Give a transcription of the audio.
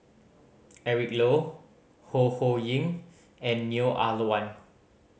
Eric Low Ho Ho Ying and Neo Ah Luan